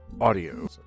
Audio